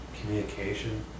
communication